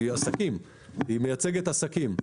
היא מייצגת עסקים.